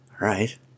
right